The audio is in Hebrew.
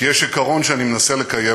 כי יש עיקרון שאני מנסה לקיים,